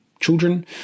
children